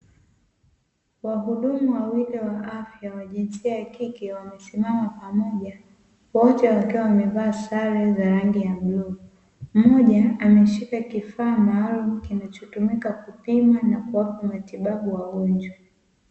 Wahudumu wawili wa afya wa jinsia ya kike, wamesimama kwa pamoja, wote wakiwa wamevaa sare za rangi ya bluu, mmoja ameshika kifaa maalumu kinachotumika kupima wagonjwa.